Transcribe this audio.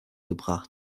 gebracht